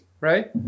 right